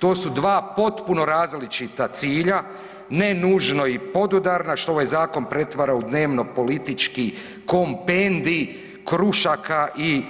To su dva potpuno različita cilja, ne nužno i podudarna, što ovaj zakon pretvara u dnevno-politički kompendij krušaka i